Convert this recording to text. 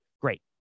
Great